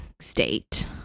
state